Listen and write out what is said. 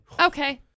Okay